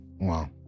wow